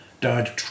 died